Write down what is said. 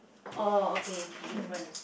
orh okay difference